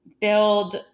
build